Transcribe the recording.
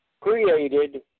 created